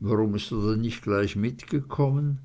warum ist er denn nich gleich mitgekommen